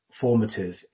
formative